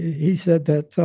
he said that